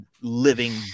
living